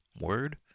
word